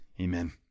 Amen